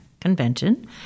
convention